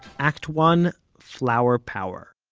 act one flower power.